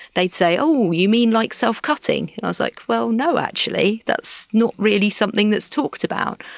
they'd say, oh, you mean like self-cutting? and i was like, well, no actually, that's not really something that's talked about.